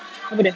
apa dia